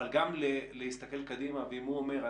אבל גם להסתכל קדימה - ואם הוא אומר,